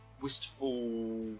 wistful